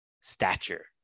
stature